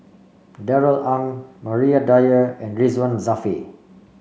Darrell Ang Maria Dyer and Ridzwan Dzafir